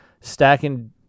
stacking